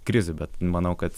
krizių bet manau kad